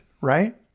right